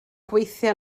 gweithio